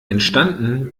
entstanden